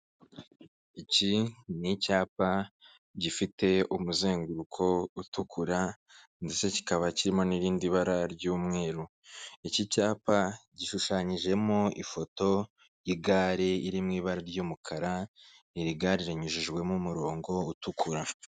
Iki ni icyapa gifite umuzenguruko utukura, ndetse kikaba kirimo n'irindi bara ry'umweru. Iki cyapa gishushanyijemo ifoto y'igare iri mu ibara ry'umukara, iri gare rinyujijwemo umurongo utukura.